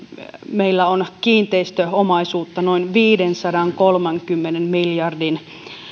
meillä on kiinteistöomaisuutta noin viidensadankolmenkymmenen miljardin